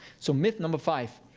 so myth number five.